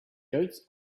goats